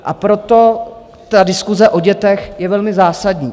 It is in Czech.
A proto ta diskuse o dětech je velmi zásadní.